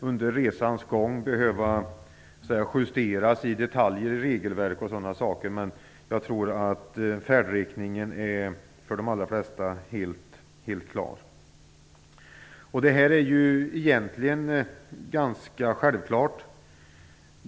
Under resans gång kan vi behöva justera detaljer i regelverk, men färdriktningen är för de allra flesta helt klar. Detta är egentligen ganska självklart.